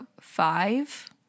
five